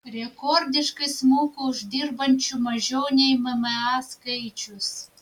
rekordiškai smuko uždirbančių mažiau nei mma skaičius